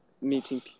meeting